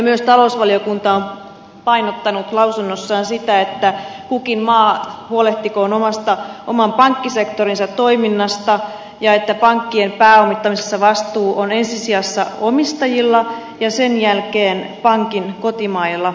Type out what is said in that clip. myös talousvaliokunta on painottanut lausunnossaan sitä että kukin maa huolehtikoon oman pankkisektorinsa toiminnasta ja että pankkien pääomittamisessa vastuu on ensi sijassa omistajilla ja sen jälkeen pankin kotimailla